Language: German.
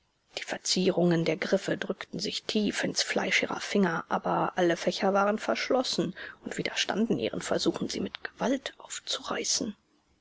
die verzierungen der griffe drückten sich tief ins fleisch ihrer finger aber alle fächer waren verschlossen und widerstanden ihren versuchen sie mit gewalt aufzureißen